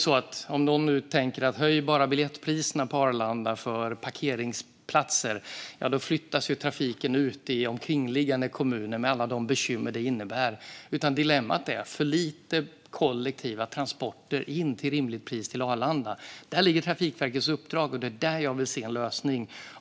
Någon kanske tänker: Höj bara biljettpriserna för parkeringsplatserna på Arlanda. Men då kommer trafiken att flyttas ut i omkringliggande kommuner, med alla bekymmer det innebär. Problemet är att det är för lite kollektiva transporter till rimligt pris in till Arlanda. Där ligger Trafikverkets uppdrag. Det är där jag vill se en lösning.